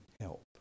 help